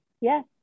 Yes